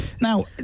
Now